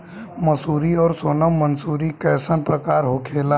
मंसूरी और सोनम मंसूरी कैसन प्रकार होखे ला?